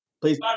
Please